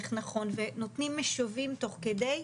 נותנים משובים תוך כדי.